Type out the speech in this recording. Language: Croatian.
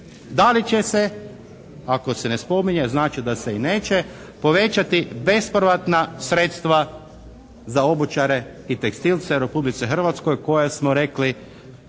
da li će se, ako se ne spominje znači da se i neće povećati bespovratna sredstva za obućare i tekstilce u Republici Hrvatskoj koje smo rekli